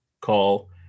call